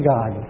God